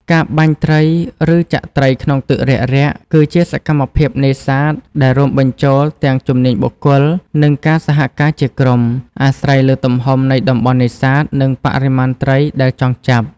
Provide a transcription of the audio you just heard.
ការបាញ់ត្រី ឬចាក់ត្រីក្នុងទឹករាក់ៗ គឺជាសកម្មភាពនេសាទដែលរួមបញ្ចូលទាំងជំនាញបុគ្គល និងការសហការជាក្រុម អាស្រ័យលើទំហំនៃតំបន់នេសាទ និងបរិមាណត្រីដែលចង់ចាប់។